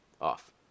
off